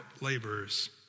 laborers